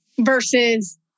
versus